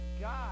God